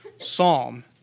Psalm